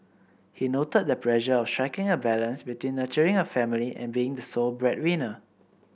he noted the pressure of striking a balance between nurturing a family and being the sole breadwinner